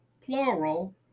plural